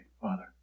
Father